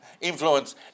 influence